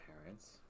parents